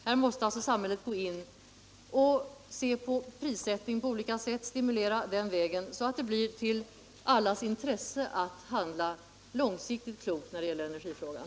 Här måste samhället gå in och på olika sätt se på prissättningen och stimulera den vägen, så att det kommer att ligga i allas intresse att handla långsiktigt klokt när det gäller energifrågan.